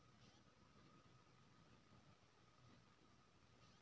टमाटर के खेती में कम खर्च में उपजा बेसी केना होय है?